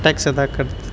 tax ادا کرتی